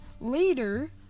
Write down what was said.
later